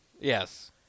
Yes